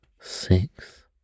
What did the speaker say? Six